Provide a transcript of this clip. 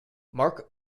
mark